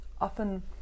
often